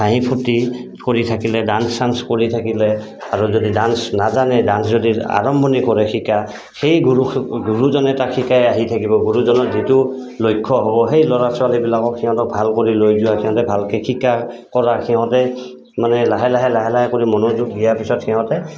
হাঁহি ফূৰ্তি কৰি থাকিলে ডান্স চান্স কৰি থাকিলে আৰু যদি ডান্স নাজানে ডান্স যদি আৰম্ভণি কৰে শিকা সেই গুৰু গুৰুজনে তাক শিকাই আহি থাকিব গুৰুজনৰ যিটো লক্ষ্য হ'ব সেই ল'ৰা ছোৱালীবিলাকক সিহঁতক ভাল কৰি লৈ যোৱা সিহঁতে ভালকৈ শিকা কৰা সিহঁতে মানে লাহে লাহে লাহে লাহে কৰি মনোযোগ দিয়াৰ পিছত সিহঁতে